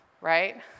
right